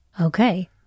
Okay